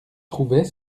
trouvait